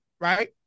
Right